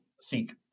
seek